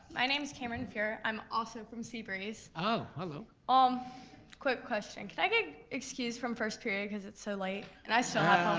my name's cameron furrer, i'm also from seabreeze. oh, hello. um quick question, can i get excused from first period cause it's so late and i still